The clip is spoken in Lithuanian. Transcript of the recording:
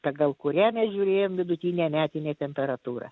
pagal kurią mes žiūrėjom vidutinę metinę temperatūrą